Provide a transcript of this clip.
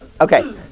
Okay